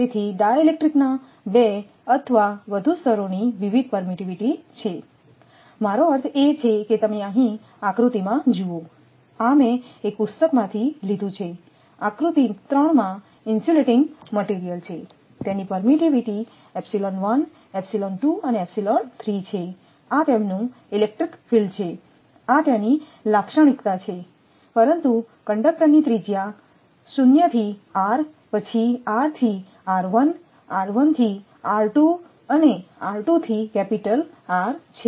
તેથી ડાઇલેક્ટ્રિક્સ ના 2 અથવા વધુ સ્તરોની વિવિધ પરમિટિવીટી છે મારો અર્થ એ છે કે તમે અહીં આકૃતિમાં જુઓ આ મેં એક પુસ્તકમાંથી લીધું છે આકૃતિમાં 3 ઇન્સ્યુલેટીંગ મટિરિયલ્સ છે તેની પરમિટિવીટી છે આ તેમનું ઇલેક્ટ્રિક ફીલ્ડ છે આ તેની લાક્ષણિકતા છે પરંતુ કંડક્ટર ત્રિજ્યા 0 થી r પછી r થી કેપિટલ R છે